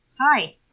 Hi